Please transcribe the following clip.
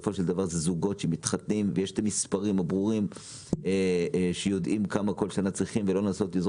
הרי יודעים כמה זוגות מתחתנים כל שנה ויודעים כמה צריך כל שנה.